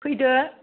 फैदो